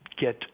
get